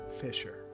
Fisher